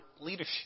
leadership